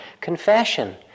Confession